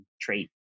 trait